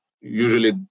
usually